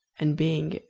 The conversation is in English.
and being,